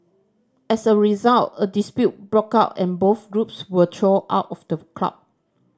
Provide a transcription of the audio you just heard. as a result a dispute broke out and both groups were thrown out of the club